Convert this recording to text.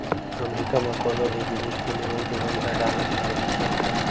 अमरीका म कोनो भी जिनिस के लेवइ देवइ ह डॉलर म ही चलथे